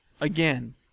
Again